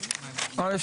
א',